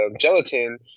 gelatin